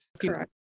Correct